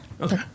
Okay